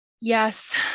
Yes